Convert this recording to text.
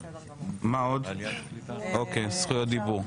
זכויות דיבור,